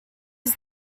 was